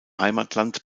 heimatland